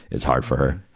it's hard for her.